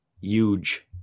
huge